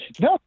no